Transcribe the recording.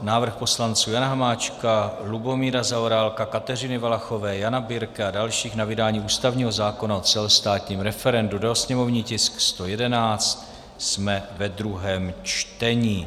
Návrh poslanců Jana Hamáčka, Lubomíra Zaorálka, Kateřiny Valachové, Jana Birke a dalších na vydání ústavního zákona o celostátním referendu /sněmovní tisk 111/ druhé čtení